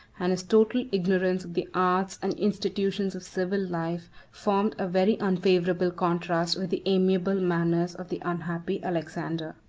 and his total ignorance of the arts and institutions of civil life, formed a very unfavorable contrast with the amiable manners of the unhappy alexander.